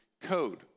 code